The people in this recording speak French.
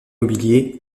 mobilier